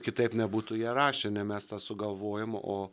kitaip nebūtų jie rašę ne mes tą sugalvojom o